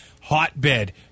hotbed